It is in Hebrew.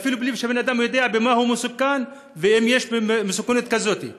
ואפילו בלי שהבן-אדם יודע במה הוא מסוכן ואם יש מסוכנות כזאת.